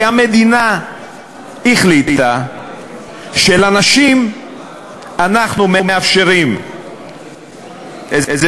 כי המדינה החליטה שלנשים אנחנו מאפשרים איזה